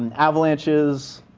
and avalanches?